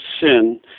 sin